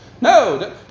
no